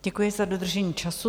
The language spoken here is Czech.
Děkuji za dodržení času.